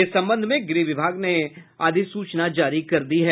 इस संबंध में गृह विभाग ने अधिसूचना जारी कर दी है